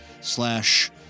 slash